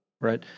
right